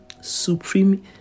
supreme